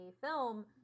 film